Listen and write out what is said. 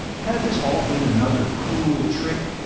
had this all been another cruel trick,